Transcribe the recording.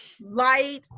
light